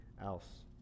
else